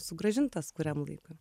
sugrąžintas kuriam laikui